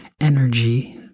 energy